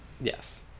Yes